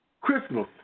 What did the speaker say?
Christmas